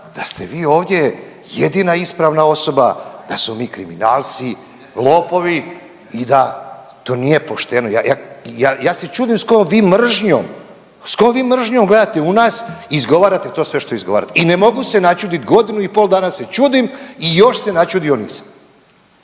da ste vi ovdje jedina ispravna osoba da smo mi kriminalci, lopovi, i da to nije pošteno. Ja, ja se čudim s kojom vi mržnjom, s kojom gledate u nas i izgovarate to sve što izgovarate i ne mogu se načudit, godinu i pol danas se čudim i još se načudio nisam.